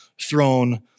throne